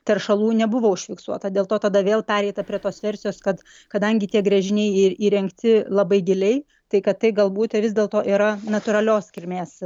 teršalų nebuvo užfiksuota dėl to tada vėl pereita prie tos versijos kad kadangi tie gręžiniai į įrengti labai giliai tai kad tai galbūt vis dėlto yra natūralios kilmės